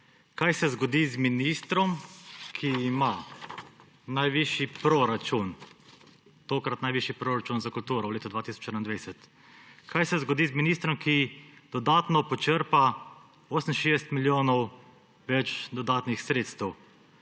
Kaj se zgodi z ministrom, ki ima najvišji proračun, tokrat najvišji proračun za kulturo v letu 2021? Kaj se zgodi z ministrom, ki dodatno počrpa 68 milijonov več dodatnih sredstev?